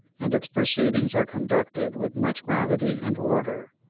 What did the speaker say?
and its proceedings are conducted with much gravity and order.